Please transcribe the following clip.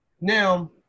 Now